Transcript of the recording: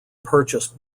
purchased